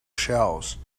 shells